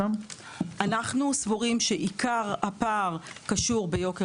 אנחנו סבורים שעיקר הפער קשור ביוקר